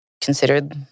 considered